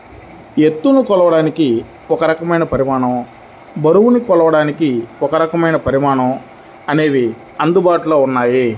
ఎత్తుని కొలవడానికి ఒక రకమైన ప్రమాణం, బరువుని కొలవడానికి ఒకరకమైన ప్రమాణం అనేవి అందుబాటులో ఉన్నాయి